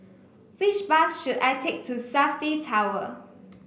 which bus should I take to Safti Tower